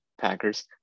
Packers